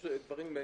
יש דברים שונים.